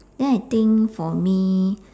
then I think for me